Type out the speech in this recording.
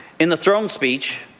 in the throne speech,